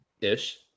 Ish